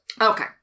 Okay